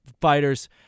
fighters